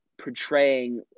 portraying